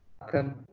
welcome